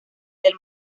del